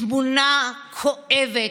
תמונה כואבת,